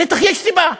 בטח יש סיבה.